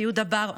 ציוד הבר,